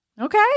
okay